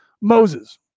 Moses